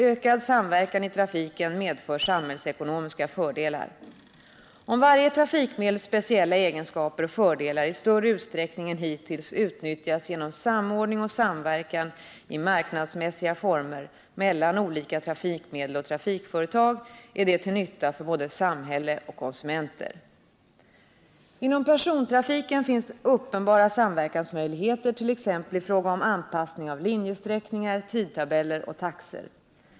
Ökad samverkan i trafiken medför samhällsekonomiska fördelar. Om varje trafikmedels speciella egenskaper och fördelar i större utsträckning än hittills utnyttjas genom samordning och samverkan i marknadsmässiga former mellan olika trafikmedel och trafikföretag är det till nytta för både samhälle och konsumenter. Inom persontrafiken finns uppenbara samverkansmöjligheter t.ex. i fråga om anpassning av linjesträckningar, tidtabeller och taxor.